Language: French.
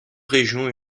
régions